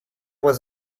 was